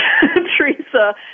Teresa